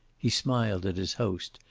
he smiled at his host,